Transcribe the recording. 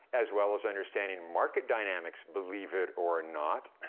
as well as understanding market dynamics, believe it or not,